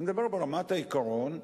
אני מדבר ברמת העיקרון,